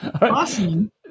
Awesome